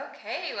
Okay